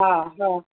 हा हा